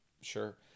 Sure